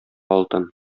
алтын